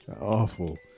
Awful